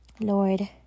Lord